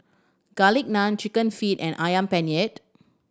Garlic Naan Chicken Feet and Ayam Penyet